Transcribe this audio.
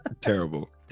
Terrible